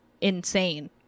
insane